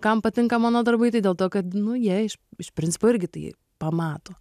kam patinka mano darbai tai dėl to kad nu jie iš iš principo irgi tai pamato